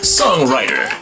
songwriter